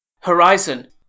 horizon